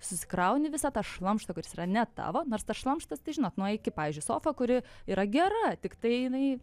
susikrauni visą tą šlamštą kuris yra ne tavo nors tas šlamštas tai žinot nuo iki pavyzdžiui sofa kuri yra gera tiktai jinai